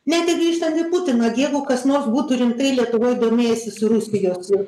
net ir grįžtant į putiną jeigu kas nors būtų rimtai lietuvoj domėjęsis rusijos